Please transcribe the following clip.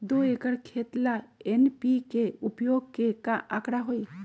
दो एकर खेत ला एन.पी.के उपयोग के का आंकड़ा होई?